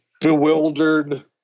bewildered